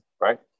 right